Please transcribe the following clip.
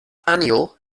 anjo